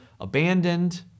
abandoned